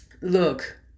look